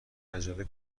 عجله